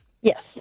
Yes